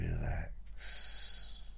relax